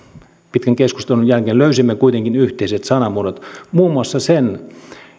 pitkän keskustelun jälkeen löysimme kuitenkin yhteiset sanamuodot muun muassa sen